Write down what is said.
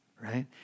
right